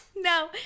No